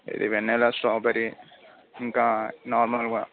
ఇది vanilla strawberry ఇంకా నార్మల్గా